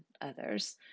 others